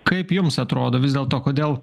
kaip jums atrodo vis dėlto kodėl